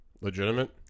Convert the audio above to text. Legitimate